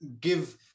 give